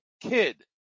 kid